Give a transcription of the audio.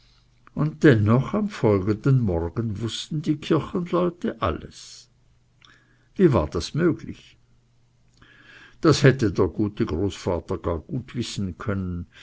und dennoch am folgenden morgen wußten die kirchenleute alles wie war das möglich das hätte der gute großvater gar gut wissen können